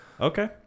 Okay